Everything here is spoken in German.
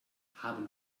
haben